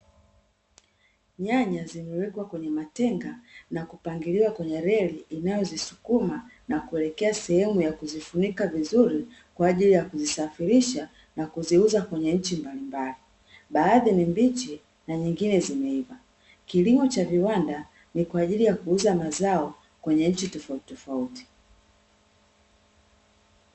Nyanya zimepangwa kwenye matenga na kupangiliwa kwenye reli inayo zisukuma na kuelekea sehemu ya kuzifunika vizuri kwa ajili ya kuzisafirisha na kuziuza kwenye nchi mbalimbali. Baadhi ni mbichi na nyingine zimeiva. Kilimo cha viwanda ni kwa ajili ya kuuza mazao kwenye nchi tofauti tofauti.